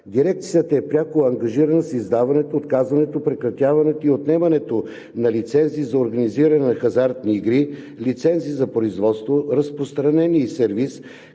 Дирекцията е пряко ангажирана с издаването, отказването, прекратяването и отнемането на лицензи за организиране на хазартни игри, лицензи за производство, разпространение и сервиз,